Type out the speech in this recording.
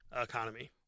economy